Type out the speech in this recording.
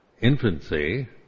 infancy